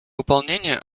выполнения